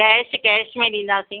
cash cash में ॾींदासीं